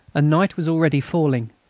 and night was already falling,